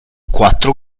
quattro